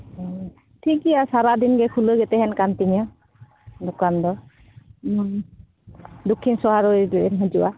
ᱦᱩᱸ ᱴᱷᱤᱠᱜᱮᱭᱟ ᱥᱟᱨᱟ ᱫᱤᱱ ᱜᱮ ᱠᱷᱩᱞᱟᱹᱣ ᱜᱮ ᱛᱮᱦᱮᱱ ᱠᱟᱱ ᱛᱤᱧᱟᱹ ᱫᱚᱠᱟᱱ ᱫᱚ ᱫᱚᱠᱷᱷᱤᱱ ᱥᱮᱫ ᱟᱨᱚ ᱟᱭᱩᱵ ᱮᱢ ᱦᱤᱡᱩᱜᱼᱟ